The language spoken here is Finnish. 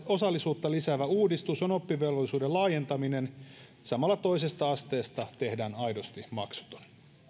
osallisuutta lisäävä uudistus on oppivelvollisuuden laajentaminen ja samalla toisesta asteesta tehdään aidosti maksuton